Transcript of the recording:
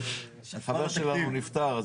חבר שלנו נפטר,